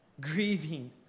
Grieving